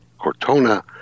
Cortona